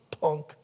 punk